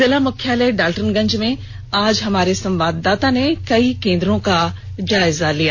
जिला मुख्यालय डालटनगंज में आज हमारे संवाददाता ने कई केन्द्रों का जायजा लिया